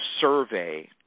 survey